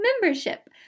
Membership